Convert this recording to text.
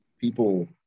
people